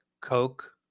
Coke